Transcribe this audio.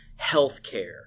healthcare